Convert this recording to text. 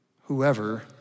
whoever